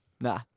Nah